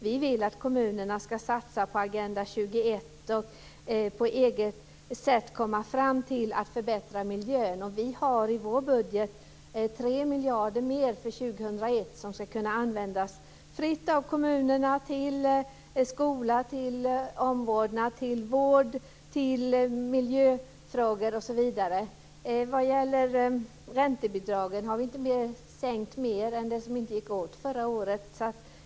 Vi vill att kommunerna ska satsa på Agenda 21 och på eget sätt komma fram till att förbättra miljön. I vår budget har vi 3 miljarder mer för år 2001 som ska kunna användas fritt av kommunerna till skola, omvårdnad, vård, miljöfrågor osv. Vi har inte sänkt räntebidraget med mer än det som inte gick åt förra året.